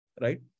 right